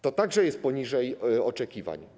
To także jest poniżej oczekiwań.